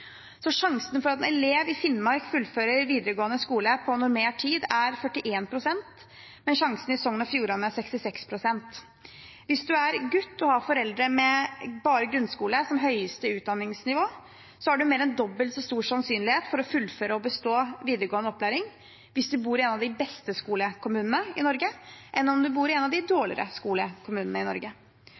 Sjansen for at en elev i Finnmark fullfører videregående skole på normert tid er på 41 pst., mens sjansen i Sogn og Fjordane er på 66 pst. Hvis man er gutt og har foreldre med bare grunnskole som høyeste utdanningsnivå, har man mer enn dobbelt så stor sannsynlighet for å fullføre og bestå videregående opplæring hvis man bor i en av de beste skolekommunene i Norge, enn om man bor i en av de dårlige skolekommunene i Norge.